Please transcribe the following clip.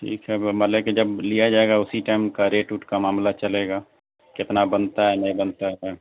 ٹھیک ہے ملب کہ جب لیا جائے گا اسی ٹائم کا ریٹ ووٹ کا معاملہ چلے گا کتنا بنتا ہے نہیں بنتا ہے